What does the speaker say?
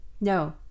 No